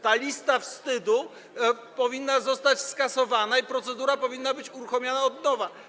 Ta lista wstydu powinna zostać skasowana i procedura powinna być uruchomiona od nowa.